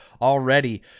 already